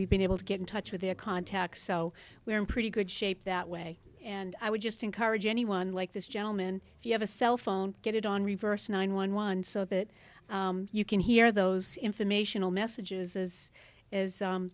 we've been able to get in touch with their contacts so we're in pretty good shape that way and i would just encourage anyone like this gentleman if you have a cell phone get it on reverse nine one one so that you can hear those informational messages as as